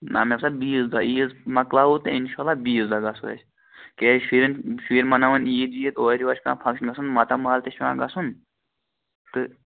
نہَ نہَ سا بیٖز دۄہ عیٖز مۅکلاوَو تہٕ اِنشاءاللہ بیٖز دۄہ گژھَو أسۍ کیٛازِ شُرٮ۪ن شُرۍ مناوَن عیٖد ویٖد اورٕیور چھِ کانٛہہ فَنکشَن آسان ماتامال تہِ چھُ پٮ۪وان گژھُن تہٕ